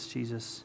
Jesus